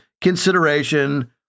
consideration